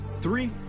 three